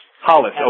Hollis